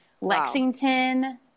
Lexington